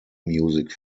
music